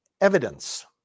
evidence